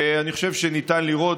אני חושב שניתן לראות,